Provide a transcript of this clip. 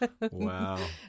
Wow